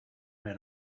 men